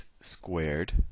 squared